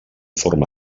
forma